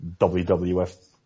WWF